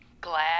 Glad